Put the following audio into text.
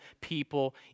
people